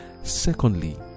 secondly